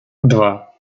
два